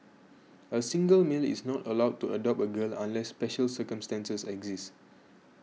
a single male is not allowed to adopt a girl unless special circumstances exist